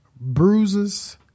Bruises